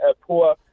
poor